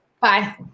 Bye